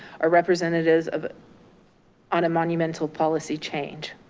are representatives of on a monumental policy change.